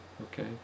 Okay